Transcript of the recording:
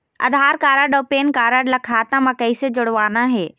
आधार card अऊ PAN card ला खाता म कइसे जोड़वाना हे?